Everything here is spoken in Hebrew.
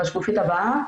בשקופית הבאה